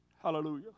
Hallelujah